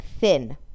thin